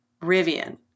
Rivian